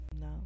no